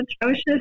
atrocious